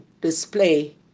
display